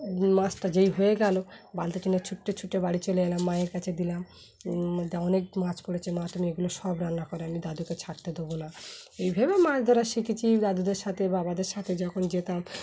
মাছটা যেই হয়ে গেলো বালতি টিনে ছুটে ছুটে বাড়ি চলে এলাম মায়ের কাছে দিলাম অনেক মাছ পছে মা তুমি এগুলো সব রান্না কর আমি দাদুকে ছাড়তে দেবো না এইভোবে মাছ ধরা শিখেছি দাদুদের সাথে বাবাদের সাথে যখন যেতাম